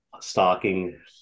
stalking